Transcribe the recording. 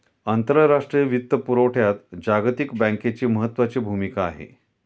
आंतरराष्ट्रीय वित्तपुरवठ्यात जागतिक बँकेची महत्त्वाची भूमिका आहे